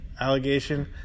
allegation